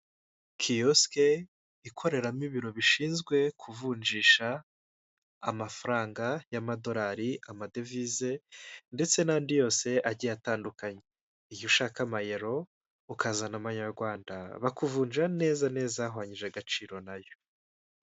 Kiyosike ikoreramo ibiro bishinzwe kuvunjisha amafaranga y'amadolari, amadevize ndetse n'andi yose agiye atandukanye. Iyo ushaka amayero, ukazana amanyarwanda, bakuvunjira neza neza ahwanyije agaciro na yo.